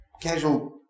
casual